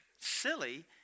silly